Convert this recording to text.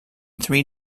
three